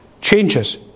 changes